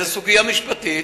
זו סוגיה משפטית,